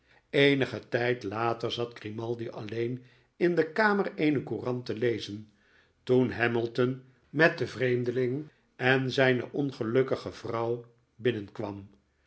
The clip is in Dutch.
eenigen tijd later zat grimaldi alleen in de kamer eene courant te lezen toen hamilton met den vreemdeling en zijne ongelukkige vrouw binnenkwam